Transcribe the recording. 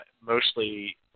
Mostly